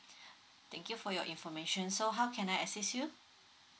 thank you for your information so how can I assist you